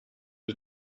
you